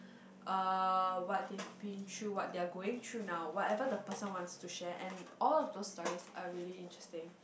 uh what they've been through what they are going through now whatever the person wants to share and all of those stories are really interesting